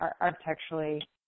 architecturally